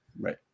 Right